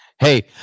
Hey